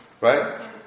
right